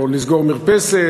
או לסגור מרפסת,